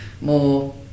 more